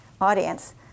audience